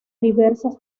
diversas